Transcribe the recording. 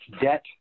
debt